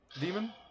Demon